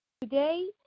Today